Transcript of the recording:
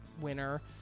winner